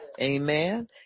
Amen